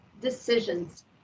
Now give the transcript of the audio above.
decisions